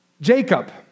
Jacob